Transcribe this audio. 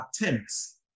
attempts